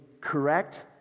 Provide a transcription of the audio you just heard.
correct